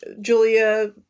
Julia